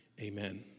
amen